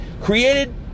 created